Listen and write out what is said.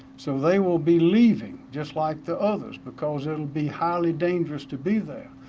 so they will be leaving just like the others because it will be highly dangerous to be there.